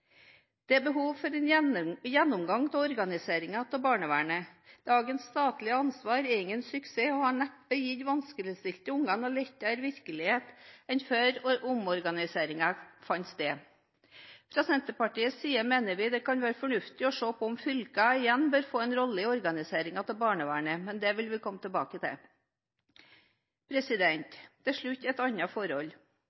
Det er behov for en gjennomgang av organiseringen av barnevernet. Dagens statlige ansvar er ingen suksess og har neppe gitt vanskeligstilte unger noen lettere virkelighet enn før omorganiseringen fant sted. Fra Senterpartiets side mener vi det kan være fornuftig å se på om fylkene igjen bør få en rolle i organiseringen av barnevernet, men det vil vi komme tilbake til.